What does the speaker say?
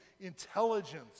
intelligence